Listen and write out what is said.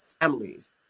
families